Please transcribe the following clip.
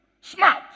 Smart